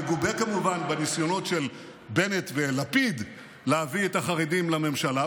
מגובה כמובן בניסיונות של בנט ולפיד להביא את החרדים לממשלה,